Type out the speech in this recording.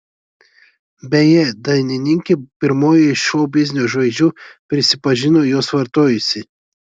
beje dainininkė pirmoji iš šou biznio žvaigždžių prisipažino juos vartojusi